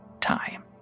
time